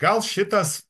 gal šitas